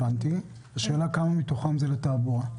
השאלה כמה מתוכם הם לתעבורה.